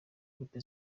groupe